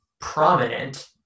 prominent